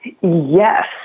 Yes